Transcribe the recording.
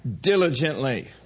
diligently